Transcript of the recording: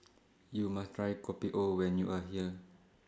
YOU must Try Kopi O when YOU Are here